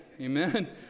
amen